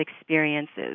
experiences